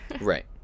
right